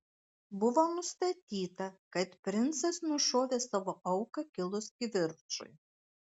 buvo nustatyta kad princas nušovė savo auką kilus kivirčui